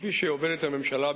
כפי שעובדת הממשלה,